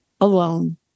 alone